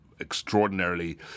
Extraordinarily